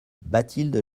bathilde